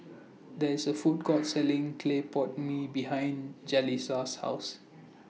There IS A Food Court Selling Clay Pot Mee behind Jalisa's House